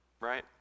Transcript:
right